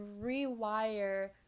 rewire